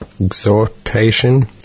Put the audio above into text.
exhortation